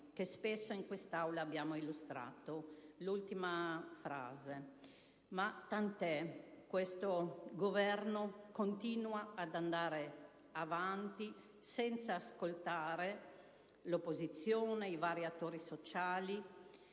che spesso in quest'Aula abbiamo illustrato. In conclusione, questo Governo continua ad andare avanti senza ascoltare né l'opposizione né i vari attori sociali